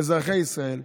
אזרחי ישראל.